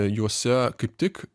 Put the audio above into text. juose kaip tik